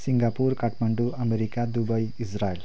Singapore Kathmandu America Dubai Israel